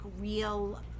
real